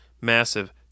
Massive